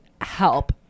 help